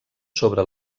sobre